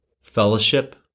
fellowship